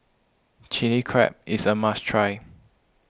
Chilli Crab is a must try